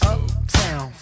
Uptown